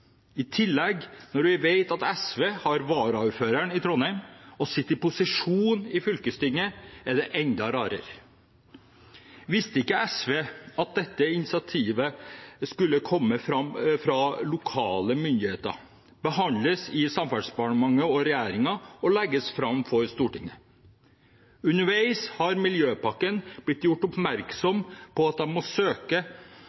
I tillegg, når vi vet at SV har varaordføreren i Trondheim og sitter i posisjon i fylkestinget, er det enda rarere. Visste ikke SV at dette initiativet skulle komme fra lokale myndigheter, behandles av Samferdselsdepartementet og regjeringen og legges fram for Stortinget? Underveis har Miljøpakken blitt gjort